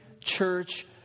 church